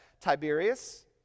Tiberius